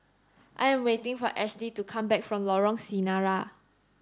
I am waiting for Ashli to come back from Lorong Sarina